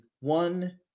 one